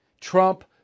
Trump